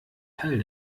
teil